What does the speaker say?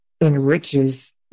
enriches